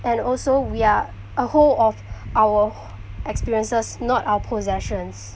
and also we are a whole of our experiences not our possessions